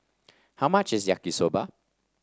how much is Yaki Soba